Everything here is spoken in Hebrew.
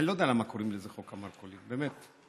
אני לא יודע למה קוראים לזה חוק המרכולים, באמת.